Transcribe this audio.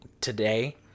today